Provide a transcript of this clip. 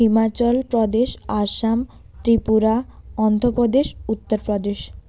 Himachal Pradesh Assam Tripura Andhra Pradesh Uttar Pradesh